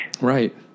Right